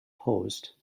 posed